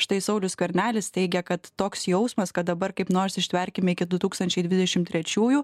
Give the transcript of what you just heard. štai saulius skvernelis teigia kad toks jausmas kad dabar kaip nors ištversime iki du tūkstančiai dvidešim trčiųjų